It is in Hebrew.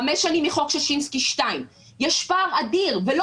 חמש שנים מחוק ששינסקי 2. יש פער אדיר ולא